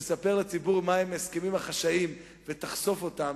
תספר לציבור מהם ההסכמים החשאיים ותחשוף אותם